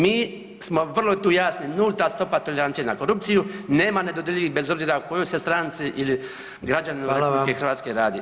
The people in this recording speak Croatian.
Mi smo vrlo tu jasni, nulta stopa tolerancije na korupciju, nema nedodirljivih bez obzira o kojoj se stranci ili građaninu [[Upadica: Hvala vam]] RH radi.